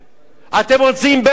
אתם רוצים בעלזים?